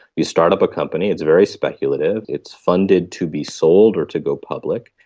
you start up a company, it's very speculative, it's funded to be sold or to go public,